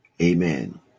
Amen